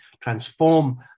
transform